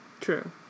True